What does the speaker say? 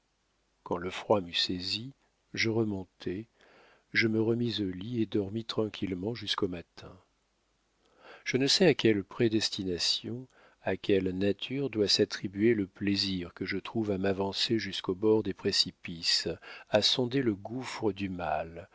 quand le froid m'eut saisi je remontai je me remis au lit et dormis tranquillement jusqu'au matin je ne sais à quelle prédestination à quelle nature doit s'attribuer le plaisir que je trouve à m'avancer jusqu'au bord des précipices à sonder le gouffre du mal